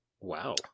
Wow